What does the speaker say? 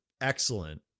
excellent